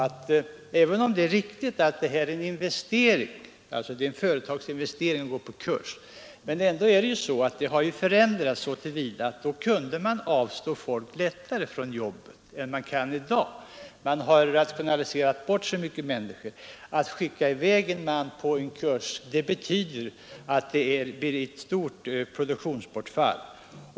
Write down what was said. Men även om det är riktigt att det är en investering för företagen att låta anställda gå på kurs har ändå förhållandena förändrats så till vida att företagen på den tiden lättare kunde låta folk vara borta från jobbet än de kan i dag. Företagen har rationaliserat bort så många människor att det innebär ett stort produktionsbortfall att skicka i väg en man på kurs.